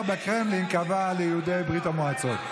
בקרמלין קבע ליהודי ברית המועצות.